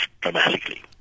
dramatically